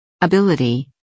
Ability